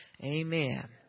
amen